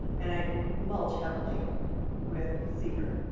and i mulch heavily with cedar.